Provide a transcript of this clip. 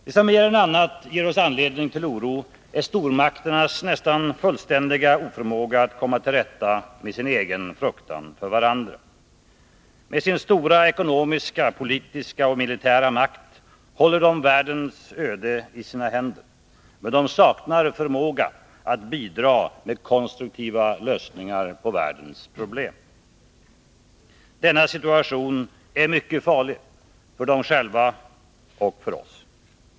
Det som mer än annat ger oss anledning till oro är stormakternas nästan fullständiga oförmåga att komma till rätta med sin egen fruktan för varandra. Med sin stora ekonomiska, politiska och militära makt håller de världens öde i sina händer, men de saknar förmåga att bidra med konstruktiva lösningar på världens problem. Denna situation är mycket farlig, för dem själva och för oss.